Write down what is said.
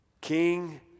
King